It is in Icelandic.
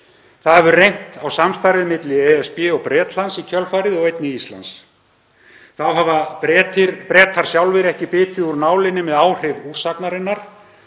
Það hefur reynt á samstarfið milli ESB og Bretlands í kjölfarið og einnig Íslands. Þá hafa Bretar sjálfir ekki bitið úr nálinni með áhrif úrsagnarinnar